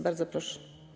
Bardzo proszę.